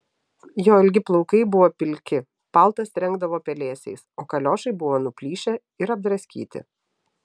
jo ilgi plaukai buvo pilki paltas trenkdavo pelėsiais o kaliošai buvo nuplyšę ir apdraskyti